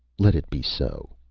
let it be so.